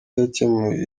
yakemuye